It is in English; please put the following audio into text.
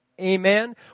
Amen